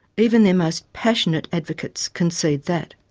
even their most passionate advocates concede that.